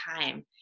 time